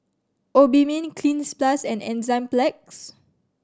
Obimin Cleanz Plus and Enzyplex